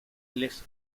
les